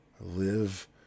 live